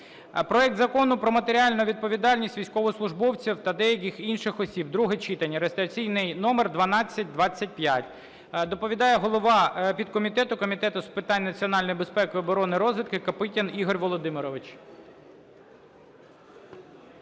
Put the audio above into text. Проект Закону про матеріальну відповідальність військовослужбовців та деяких інших осіб (друге читання) (реєстраційний номер 1225). Доповідає голова підкомітету Комітету з питань національної безпеки, оборони і розвідки Копитін Ігор Володимирович.